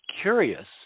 curious